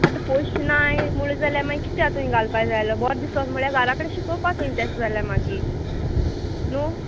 आतां पोशनाय म्हूण जाल्या मागीर कितें आतां घालपा जाय आल्हेलो बरो दिसोत म्हळ्यार घरा कडेन शिकोवपा तुयेन तें जाल्यार मागीर न्हू